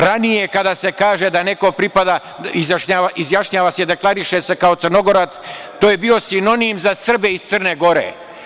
Ranije, kada se kaže da neko pripada, izjašnjava se, deklariše se kao Crnogorac, to je bio sinonim za Srbe iz Crne Gore.